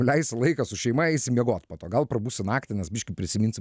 leisi laiką su šeima eisi miegot po to gal prabusi naktį nes biškį prisiminsi